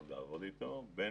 יש שמישהו שעוסק בזה?